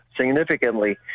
significantly